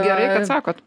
gerai kad sakot